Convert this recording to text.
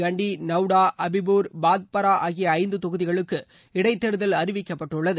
காண்டி நவ்டா அபிப்பூர் பாத்பாரா ஆகிய ஐந்து தொகுதிகளுக்கு இடைத்தேர்தல் அறிவிக்கப்பட்டுள்ளது